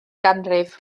ganrif